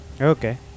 Okay